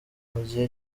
mugihe